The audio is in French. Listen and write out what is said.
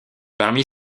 parmi